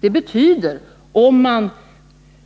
Det betyder, om